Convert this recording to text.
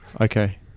okay